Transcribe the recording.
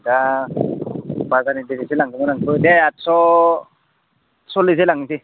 दा बाजारनि दिनैसो लांदोंमोन आं दे आतस' सल्लिसै लांनोसै